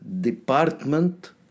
department